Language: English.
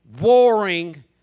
Warring